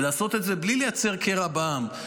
ולעשות את זה בלי לייצר קרע בעם,